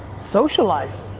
socialize.